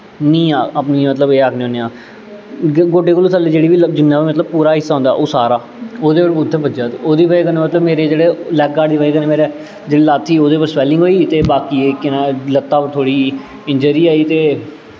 नीह् अपने मतलब एह् आखने होन्ने आं गोड्डें कोला थल्लै जेह्ड़ा जिन्ना बी पूरा हिस्सा होंदा ऐ ओह सारा ओहदे पर उत्थै बज्जेआ ते ओह्दी बजह् कन्नै मेरी मतलब जेह्ड़ा लैग गार्ड़ दी बज़ह् कन्नै मेरी जेह्ड़ी लत्त ही ओह्दे उप्पर सवैलिंग होई गेई ते बाकी एह् केह् नांऽ लत्ता उप्पर थोह्ड़ी इंजरी आई ते